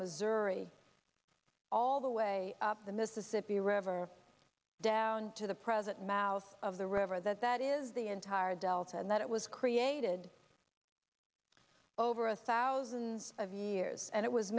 missouri all the way up the mississippi river down to the present mouth of the river that that is the entire delta and that it was created over a thousand of years and it was